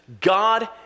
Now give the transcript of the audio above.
God